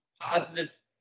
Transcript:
positive